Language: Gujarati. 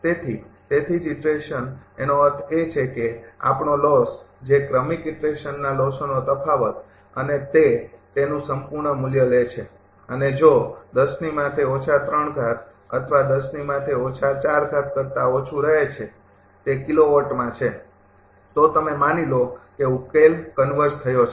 તેથી તેથી જ ઈટરેશન એનો અર્થ એ છે કે આપણો લોસ જે ક્રમિક ઈટરેશનના લોસો નો તફાવત અને તે તેનું સંપૂર્ણ મૂલ્ય લે છે અને જો કરતા ઓછું રહે છે તે કિલોવોટમાં છે તો તમે માની લો કે ઉકેલ કન્વર્ઝ્ડ થયો છે